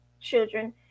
children